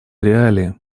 реалии